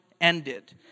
ended